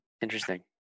Interesting